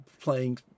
playing